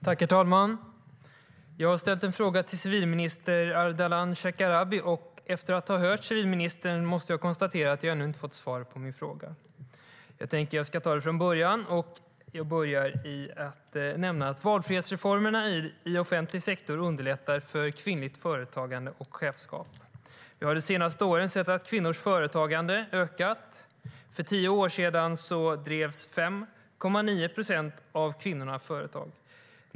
Herr talman! Jag har ställt en fråga till civilminister Ardalan Shekarabi. Efter att ha hört civilministern måste jag konstatera att jag ännu inte fått svar på min fråga. Jag ska ta det från början. Valfrihetsreformerna i offentlig sektor underlättar för kvinnligt företagande och kvinnligt chefskap. Vi har de senaste åren sett att kvinnors företagande ökat. För tio år sedan drev 5,9 procent av kvinnorna företag.